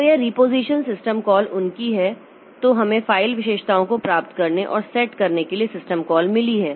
तो यह reposition system call उनकी है तो हमें फाइल विशेषताओं को प्राप्त करने और सेट करने के लिए सिस्टम कॉल मिली हैं